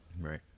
Right